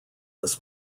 this